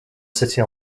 city